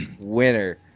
winner